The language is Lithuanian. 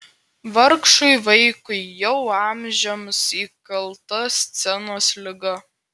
vargšui vaikui jau amžiams įkalta scenos liga